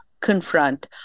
confront